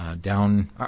Down